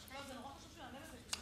היושב-ראש, לא, זה נורא חשוב שתענה על זה.